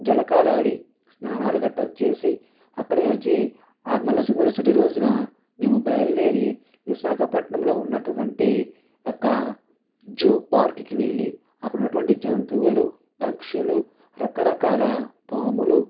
జలకాలాడి స్నానాలు కట్టా చేసి అక్కడ నుంచి ఆ మలసు మరుసటి రోజున మేము బయలుదేరి విశాఖపట్నంలో ఉన్నటువంటి ఒక జూ పార్క్కి వెళ్ళి అక్కడ ఉన్నటువంటి జంతువులు పక్షులు రకరకాల పాములు